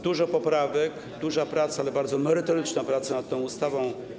Dużo poprawek, duża, ale bardzo merytoryczna praca nad tą ustawą.